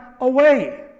away